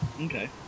Okay